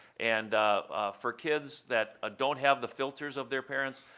and for kids that ah don't have the filters of their parents,